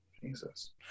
Jesus